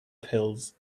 pills